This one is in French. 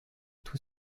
tout